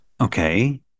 Okay